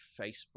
Facebook